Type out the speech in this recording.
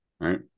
right